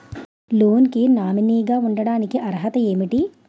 Loan కి nominee గా ఉండటానికి అర్హత ఏమిటి?